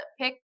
pick